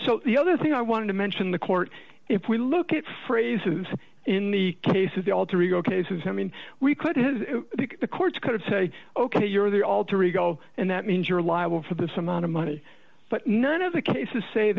so the other thing i wanted to mention the court if we look at phrases in the case of the alter ego cases i mean we could have the courts kind of say ok you're the alter ego and that means you're liable for this amount of money but none of the cases say